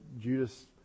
Judas